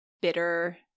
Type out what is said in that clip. bitter